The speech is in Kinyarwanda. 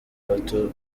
bato